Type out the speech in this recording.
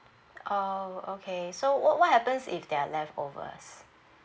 oh okay so what what happens if there're leftovers